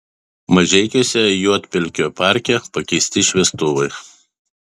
mažeikiuose juodpelkio parke pakeisti šviestuvai